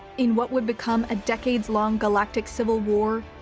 in what would become a decades long galactic civil-war,